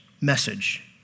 message